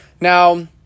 Now